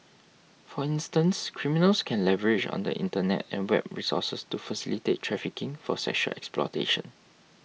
for instance criminals can leverage on the Internet and web resources to facilitate trafficking for sexual exploitation